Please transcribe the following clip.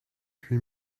huit